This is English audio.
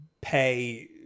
pay